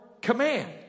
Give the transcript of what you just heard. command